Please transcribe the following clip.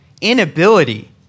inability